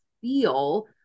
feel